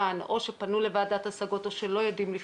או שפנו לוועדת השגות או שלא יודעים לפנות,